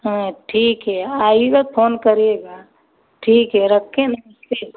हाँ ठीक है आईएगा फोन करिएगा ठीक है रखें नमस्ते